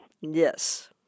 Yes